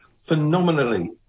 phenomenally